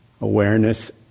Awareness